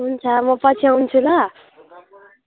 हुन्छ म पछि आउँछु ल